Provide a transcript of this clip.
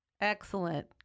Excellent